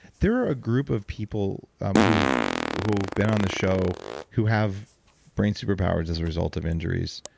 there are a group of people who've who've been on the show who have brain superpowers as a result of injuries.